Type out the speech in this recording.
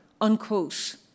unquote